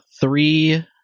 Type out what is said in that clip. three